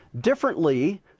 differently